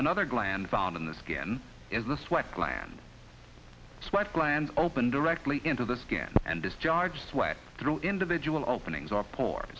another gland found in the skin is the sweat gland sweat glands open directly into the skin and discharge sweat through individual openings are po